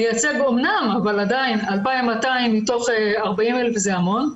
מייצג אמנם, אבל עדיין 2,200 מתוך 40,000 זה המון.